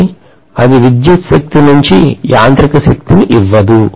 కాని అది విద్యుత్ శక్తి నుండి యాంత్రిక శక్తి ని ఇవ్వదు